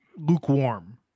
lukewarm